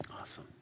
Awesome